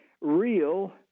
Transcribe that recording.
real